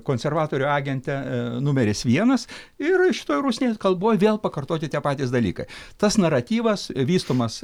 konservatorių agente numeris vienas ir šitoj rusnės kalboj vėl pakartoti tie patys dalykai tas naratyvas vystomas